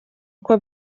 uko